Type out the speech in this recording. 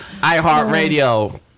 iHeartRadio